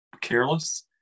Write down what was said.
careless